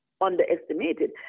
underestimated